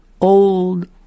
old